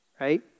right